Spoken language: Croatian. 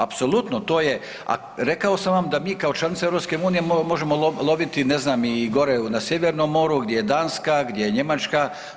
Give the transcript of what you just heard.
Apsolutno, to je, rekao sam vam da mi kao članica EU možemo loviti ne znam i gore na sjevernom moru gdje je Danska, gdje je Njemačka.